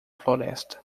floresta